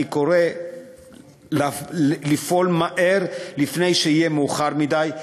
אני קורא לפעול מהר, לפני שיהיה מאוחר מדי.